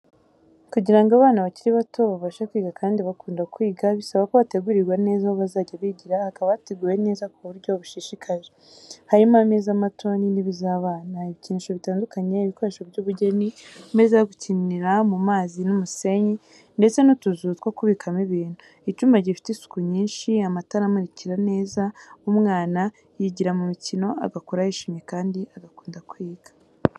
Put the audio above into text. Kugira ngo abana bakiri bato babashe kwiga kandi bakunda kwiga bisaba ko bategurirwa neza aho bazajya bigira hakaba hateguwe neza ku buryo bushishikaje. Harimo ameza mato n’intebe z’abana, ibikinisho bitandukanye, ibikoresho by’ubugeni, ameza yo gukinira mu mazi n’umusenyi, ndetse n’utuzu two kubikamo ibintu. Icyumba gifite isuku nyinshi, amatara amurikira neza, umwana yigira mu mikino, agakura yishimye kandi akunda kwiga.